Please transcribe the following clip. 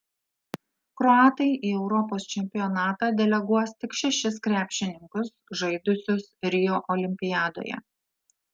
kroatai į europos čempionatą deleguos tik šešis krepšininkus žaidusius rio olimpiadoje